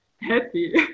happy